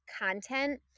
content